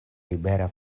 libera